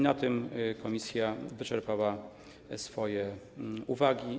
Na tym komisja wyczerpała swoje uwagi.